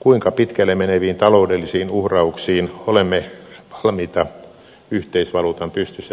kuinka pitkälle meneviin taloudellisiin uhrauksiin olemme valmiita yhteisvaluutan pystyssä pitämiseksi